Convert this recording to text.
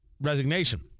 resignation